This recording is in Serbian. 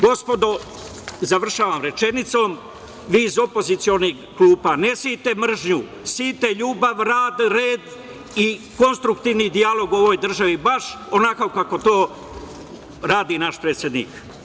Gospodo, završavam rečenicom, vi iz opozicionih klupa, ne sejte mržnju, sejte ljubav, rad, red i konstruktivni dijalog u ovoj državi, baš onako kako to radi naš predsednik.